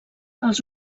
els